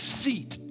seat